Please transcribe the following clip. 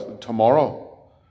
tomorrow